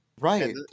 Right